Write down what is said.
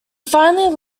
finally